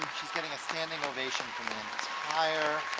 getting a standing ovations from the entire